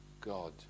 God